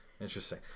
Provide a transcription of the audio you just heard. Interesting